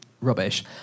rubbish